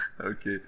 okay